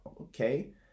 Okay